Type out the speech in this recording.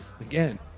Again